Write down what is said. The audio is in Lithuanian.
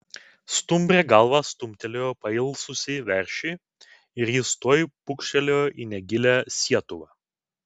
stumbrė galva stumtelėjo pailsusį veršį ir jis tuoj pūkštelėjo į negilią sietuvą